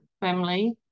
family